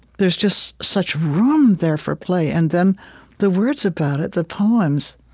there's just such room there for play. and then the words about it, the poems.